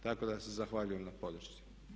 Tako da se zahvaljujem na podršci.